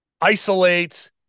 isolate